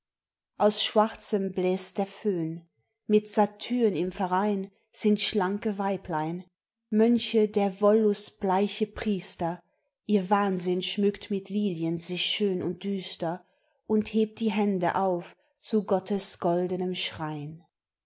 aus schwarzem bläst der föhn mit satyrn im verein sind schlanke weiblein mönche der wollust bleiche priester ihr wahnsinn schmückt mit lilien sich schön und düster und hebt die hände auf zu gottes goldenem schrein